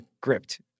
gripped